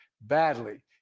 badly